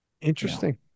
Interesting